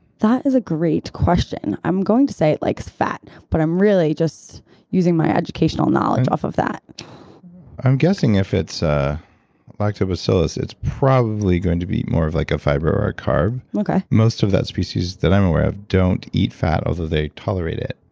that is a great question. i'm going to say it likes fat, but i'm really just using my educational knowledge off of that i'm guessing if it's ah lactobacillus it's probably going to be more of like a fiber or a carb okay most of that species, that i'm aware of, don't eat fat, although they tolerate it.